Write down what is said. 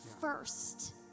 first